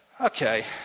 Okay